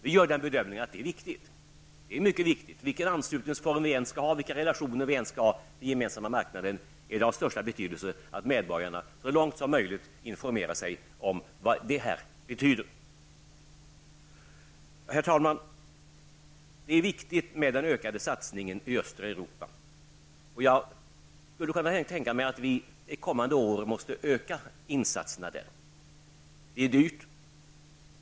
Vi gör bedömningen att det är viktigt. Det är mycket viktigt. Vilken anslutningsform vi än skall ha och vilka relationer vi än skall ha till den gemensamma marknaden är det av största betydelse att medborgarna så långt som möjligt informerar sig om vad det här betyder. Herr talman! Det är viktigt med den ökade satsningen i östra Europa. Jag skulle kunna tänka mig att vi under kommande år måste öka insatserna där. Det är dyrt.